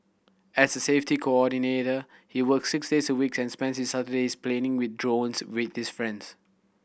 as a safety coordinator he works six days a week and spends his Sundays playing with drones with his friends